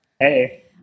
Hey